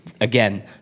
again